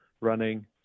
running